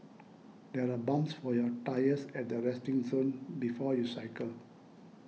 there are pumps for your tyres at the resting zone before you cycle